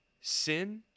Sin